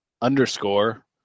underscore